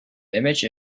image